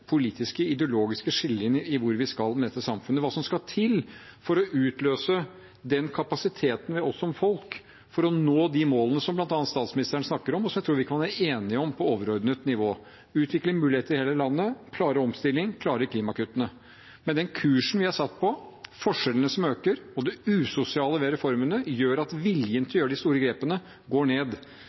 politiske, ideologiske skillelinjer når det gjelder hvor vi skal med dette samfunnet, hva som skal til for å utløse den kapasiteten ved oss som folk for å nå de målene som bl.a. statsministeren snakker om, og som jeg tror vi kan være enige om på overordnet nivå – det å utvikle muligheter i hele landet, klare å omstille, klare klimakuttene. Men den kursen vi er satt på, forskjellene som øker, og det usosiale ved reformene, gjør at viljen til å gjøre de store grepene går ned.